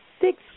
six